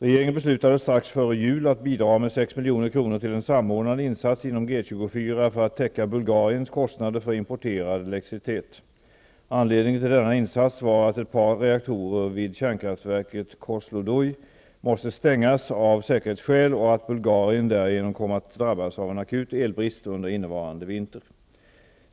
Regeringen beslutade strax före jul att bidra med 6 milj.kr. till en samordnad insats inom G-24 för att täcka Bulgariens kostnader för importerad elektricitet. Anledningen till denna insats var att ett par reaktorer vid kärnkraftverket Kozloduy måste stängas av säkerhetsskäl och att Bulgarien därigenom kom att drabbas av en akut elbrist under innevarande vinter.